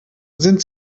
sind